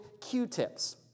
Q-tips